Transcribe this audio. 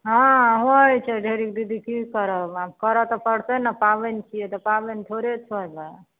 हँ होइ छै ढेरी दीदी की करब आब करऽ तऽ पड़तय नै पाबनि छियै तऽ पाबनि थोड़े छोड़बय